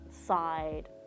side